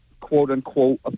quote-unquote